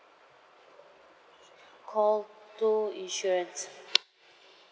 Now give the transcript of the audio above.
call two insurance